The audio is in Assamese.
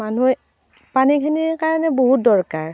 মানুহে পানীখিনিৰ কাৰণে বহুত দৰকাৰ